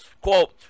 Quote